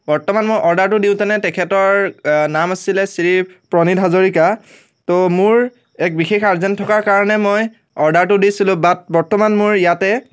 বৰ্তমান মই অৰ্ডাৰটো দিওঁতেনে তেখেতৰ নাম আছিলে শ্ৰী প্ৰনিধ হাজৰিকা ত' মোৰ এক বিশেষ আৰ্জেণ্ট থকাৰ কাৰণে মই অৰ্ডাৰটো দিছিলোঁ বাট বৰ্তমান মোৰ ইয়াতে